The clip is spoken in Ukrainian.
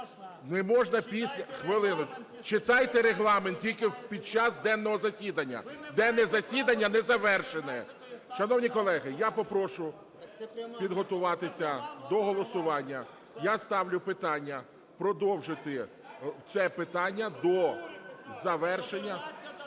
Не можна після… Хвилиночку. Читайте Регламент, тільки під час денного засідання. Денне засідання не завершено. Шановні колеги, я попрошу підготуватися до голосування. Я ставлю питання продовжити це питання до завершення